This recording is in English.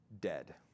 dead